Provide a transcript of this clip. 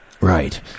Right